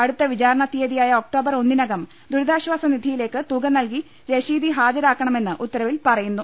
അടുത്ത വിചാരണ തീയ തിയായ ഒക്ടോബർ ഒന്നിനകം ദുരിതാശ്വാസ നിധിയിലേക്ക് തുക നൽകി രശീതി ഹാജരാക്കണമെന്ന് ഉത്തരവിൽ പറ യുന്നു